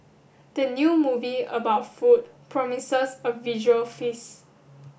the new movie about food promises a visual feast